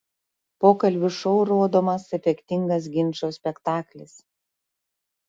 pokalbių šou rodomas efektingas ginčo spektaklis